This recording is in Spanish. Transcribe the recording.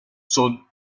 son